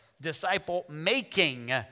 Disciple-making